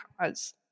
cause